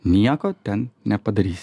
nieko ten nepadarys